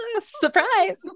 surprise